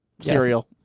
cereal